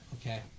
Okay